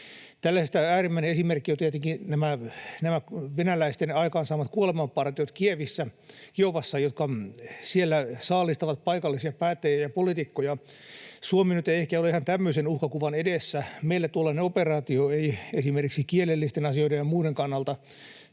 äärimmäinen esimerkki ovat tietenkin nämä venäläisten aikaansaamat kuolemanpartiot Kiovassa, jotka siellä saalistavat paikallisia päättäjiä ja poliitikkoja. Suomi ei nyt ehkä ole ihan tämmöisen uhkakuvan edessä. Meillä tuollainen operaatio ei esimerkiksi kielellisten asioiden ja muiden kannalta